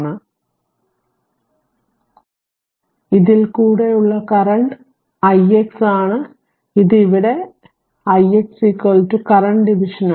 അതിനാൽ ഇതിൽ കൂടെ ഉള്ള കറന്റ് ix ആണ് ഇത്ഇവിടെ ഇത് ix ഒരു കറന്റ് ഡിവിഷനാണ്